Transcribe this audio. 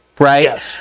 Right